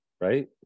right